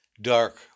dark